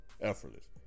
effortless